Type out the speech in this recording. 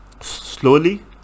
slowly